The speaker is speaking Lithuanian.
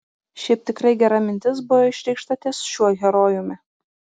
šiaip tikrai gera mintis buvo išreikšta ties šiuo herojumi